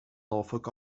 norfolk